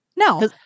No